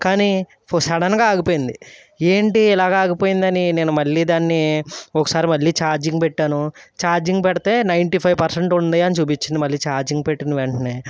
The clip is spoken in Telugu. కానీ సడన్గా ఆగిపోయింది ఏంటీ ఇలాగా ఆగిపోయిందని నేను మళ్ళీ దాన్ని ఒకసారి మళ్ళీ చార్జింగ్ పెట్టాను చార్జింగ్ పెడితే నైంటీ ఫైవ్ పర్సెంట్ ఉంది అని చూపించింది మళ్ళీ ఛార్జింగ్ పెట్టిన వెంటనే